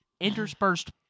interspersed